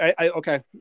okay